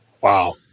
Wow